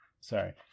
Sorry